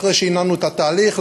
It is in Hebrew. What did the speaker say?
אחרי שהנענו את התהליך.